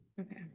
Okay